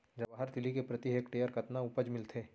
जवाहर तिलि के प्रति हेक्टेयर कतना उपज मिलथे?